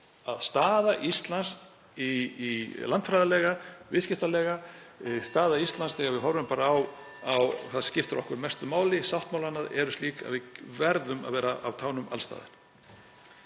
að staða Íslands landfræðilega, viðskiptalega, og þegar við horfum á það sem skiptir okkur mestu máli, þ.e. sáttmálana, er slík að við verðum að vera á tánum alls staðar.